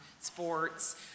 sports